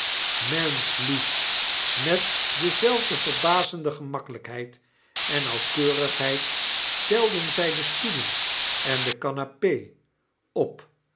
menschlief met dezelfde verbazende gemakkelykheid en nauwkeurigheid telden zy de stoelen en de canape op